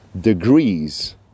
degrees